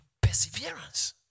perseverance